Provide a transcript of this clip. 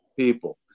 people